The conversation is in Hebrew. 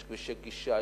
יש כבישי גישה,